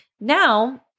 Now